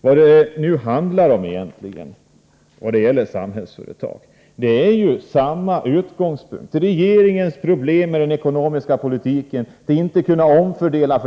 Vad det nu handlar om egentligen i fråga om Samhällsföretag är ju regeringens problem med den ekonomiska politiken — att man inte kan omfördela till